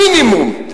מינימום.